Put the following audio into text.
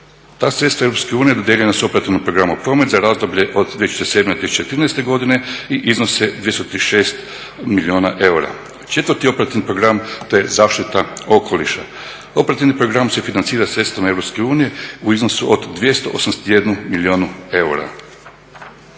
Ta sredstva EU dodijeljena su operativnom programu promet za razdoblje od 2007. do 2013. godine i iznose 236 milijuna eura. Četvrti operativni program, to je zaštita okoliša. Operativni program se financira sredstvom EU u iznosu od 281 milijun eura.